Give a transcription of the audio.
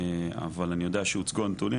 אבל אני יודע שהוצגו הנתונים,